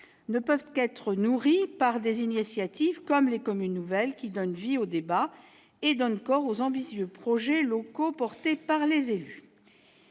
ne peuvent qu'être nourris par des initiatives comme les communes nouvelles, qui donnent vie au débat et corps aux ambitieux projets locaux portés par les élus.